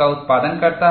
का उत्पादन करता है